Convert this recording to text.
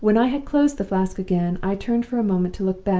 when i had closed the flask again, i turned for a moment to look back,